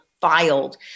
filed